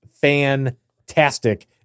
fantastic